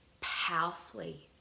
powerfully